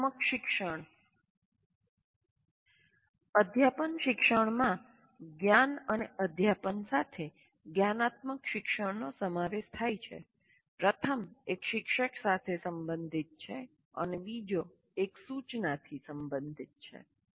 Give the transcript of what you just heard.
જ્ઞાનાત્મક શિક્ષણ અધ્યાપન શિક્ષણમાં 'જ્ઞાન અને અધ્યાપન' સાથે 'જ્ઞાનાત્મક' શિક્ષણનો સમાવેશ થાય છે પ્રથમ એક શિક્ષક સાથે સંબંધિત છે અને બીજો એક સૂચનાથી સંબંધિત છે